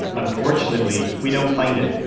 unfortunately we don't find it